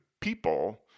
people